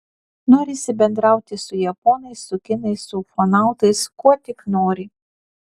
norisi bendrauti su japonais su kinais su ufonautais kuo tik nori